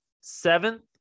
seventh